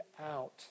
out